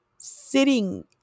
Sitting